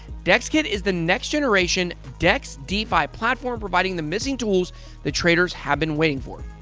dexkit is the next generation dex defi platform providing the missing tools that traders have been waiting for.